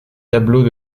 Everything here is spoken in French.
tableaux